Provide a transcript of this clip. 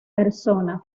persona